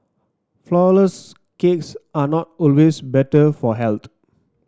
flour less cakes are not always better for health